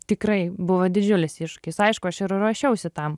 tikrai buvo didžiulis iššūkis aišku aš ir ruošiausi tam